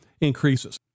increases